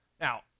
Now